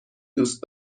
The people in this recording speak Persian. دوست